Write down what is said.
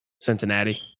Cincinnati